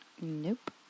Nope